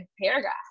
paragraph